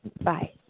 bye